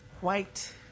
white